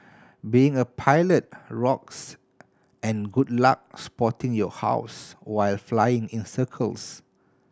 being a pilot rocks and good luck spotting your house while flying in circles